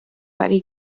buddy